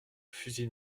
fusil